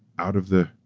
out of the,